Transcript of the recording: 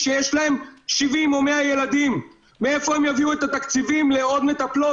כשיש להם 70 או 100 ילדים - מאיפה הם יביאו את התקציבים לעוד מטפלות?